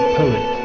poet